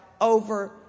over